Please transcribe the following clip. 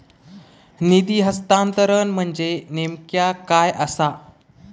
निधी हस्तांतरण म्हणजे नेमक्या काय आसा?